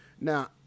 Now